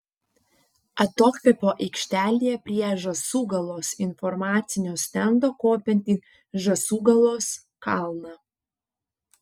atokvėpio aikštelėje prie žąsūgalos informacinio stendo kopiant į žąsūgalos kalną